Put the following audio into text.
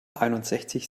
einundsechzig